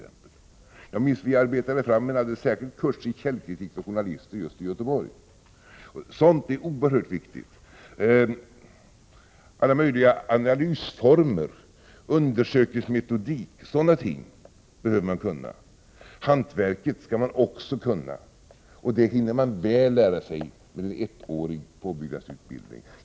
Jag minns att vi arbetade fram en alldeles särskild kurs i källkritik för journalister just i Göteborg. Sådant är oerhört viktigt. Alla möjliga analysformer, undersökningsmetodik och sådana ting behöver man kunna. Hantverket skall man också kunna, och det hinner man väl lära sig med en ettårig påbyggnadsutbildning. Herr talman!